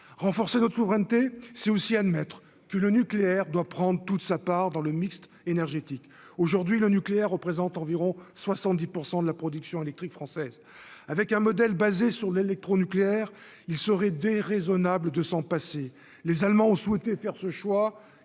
renforcer notre souveraineté c'est aussi admettre que le nucléaire doit prendre toute sa part dans le mixte énergétique aujourd'hui le nucléaire représente environ 70 % de la production électrique française avec un modèle basé sur l'électro-nucléaire, il serait déraisonnable de s'en passer, les Allemands ont souhaité faire ce choix,